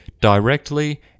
directly